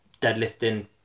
deadlifting